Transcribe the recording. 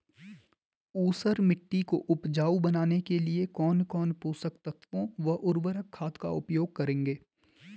ऊसर मिट्टी को उपजाऊ बनाने के लिए कौन कौन पोषक तत्वों व उर्वरक खाद का उपयोग करेंगे?